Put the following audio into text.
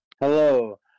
Hello